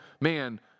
man –